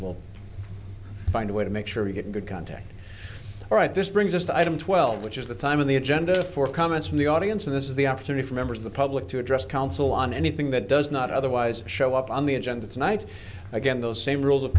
will find a way to make sure we get good contact right this brings us to item twelve which is the time of the agenda for comments from the audience and this is the opportunity for members of the public to address council on anything that does not otherwise show up on the agenda tonight again those same rules of